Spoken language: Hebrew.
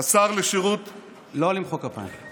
לא למחוא כפיים.